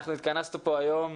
התכנסנו פה היום